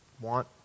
want